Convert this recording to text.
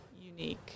unique